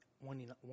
one